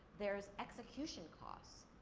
there's execution costs,